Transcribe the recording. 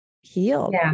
healed